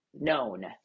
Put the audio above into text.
known